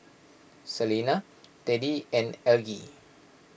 Selena Teddie and Algie